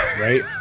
right